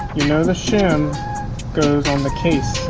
the shim goes on the case